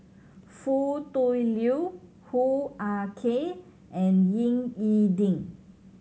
Foo Tui Liew Hoo Ah Kay and Ying E Ding